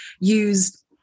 use